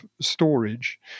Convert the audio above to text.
storage